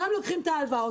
גם לוקחים את ההלוואות,